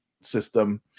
system